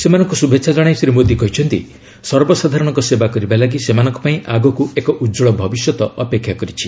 ସେମାନଙ୍କୁ ଶୁଭେଚ୍ଛା ଜଣାଇ ଶ୍ରୀ ମୋଦୀ କହିଛନ୍ତି ସର୍ବସାଧାରଣଙ୍କ ସେବା କରିବା ଲାଗି ସେମାନଙ୍କ ପାଇଁ ଆଗକୁ ଏକ ଉଚ୍ଚଳ ଭବିଷ୍ୟତ ଅପେକ୍ଷା କରିଛି